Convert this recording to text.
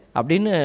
Abdin